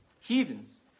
heathens